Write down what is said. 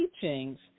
teachings